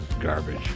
garbage